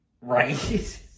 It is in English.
Right